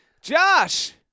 Josh